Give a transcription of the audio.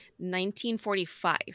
1945